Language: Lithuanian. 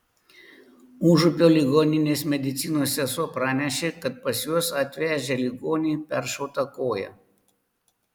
užupio ligoninės medicinos sesuo pranešė kad pas juos atvežę ligonį peršauta koja